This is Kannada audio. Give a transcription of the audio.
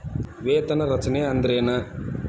ವೇತನ ರಚನೆ ಅಂದ್ರೆನ?